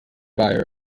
buyer